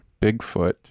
Bigfoot